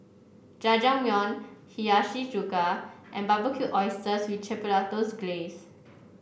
Jajangmyeon Hiyashi Chuka and Barbecued Oysters with Chipotles Glaze